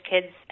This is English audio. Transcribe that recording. kids